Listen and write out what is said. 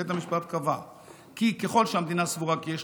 בית המשפט קבע כי ככל שהמדינה סבורה כי יש